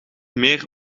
meer